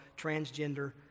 transgender